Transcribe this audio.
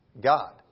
God